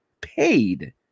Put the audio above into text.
paid